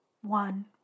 one